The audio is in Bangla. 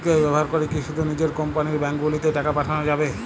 ইউ.পি.আই ব্যবহার করে কি শুধু নিজের কোম্পানীর ব্যাংকগুলিতেই টাকা পাঠানো যাবে?